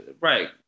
right